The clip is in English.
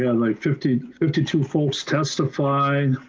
yeah like fifty fifty two folks testify.